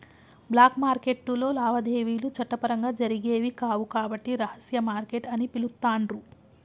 black మార్కెట్టులో లావాదేవీలు చట్టపరంగా జరిగేవి కావు కాబట్టి రహస్య మార్కెట్ అని పిలుత్తాండ్రు